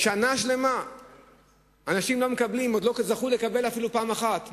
שנה שלמה אנשים עוד לא זכו לקבל אפילו פעם אחת.